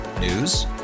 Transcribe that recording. News